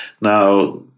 Now